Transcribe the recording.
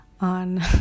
on